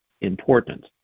important